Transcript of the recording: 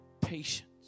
patience